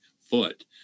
foot